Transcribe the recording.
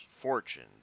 fortune